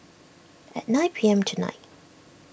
at nine P M tonight